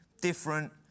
different